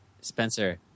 spencer